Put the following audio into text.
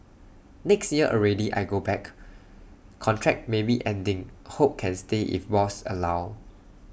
next year already I go back contract maybe ending hope can stay if boss allow